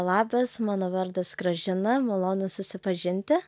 labas mano vardas gražina malonu susipažinti